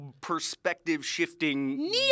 perspective-shifting